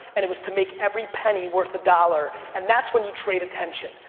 and it was to make every penny worth a dollar, and that's when you trade attention.